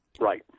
Right